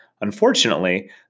Unfortunately